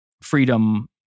freedom